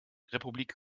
republik